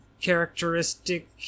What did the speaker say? characteristic